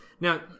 Now